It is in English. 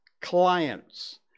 Clients